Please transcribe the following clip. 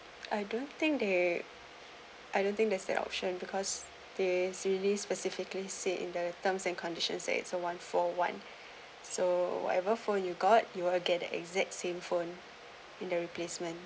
I don't think they I don't think there's an option because there's really specifically said in the terms and conditions that is a one for one so whatever phone you got you will get the exact same phone in the replacement